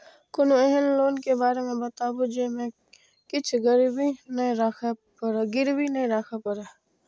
कोनो एहन लोन के बारे मे बताबु जे मे किछ गीरबी नय राखे परे?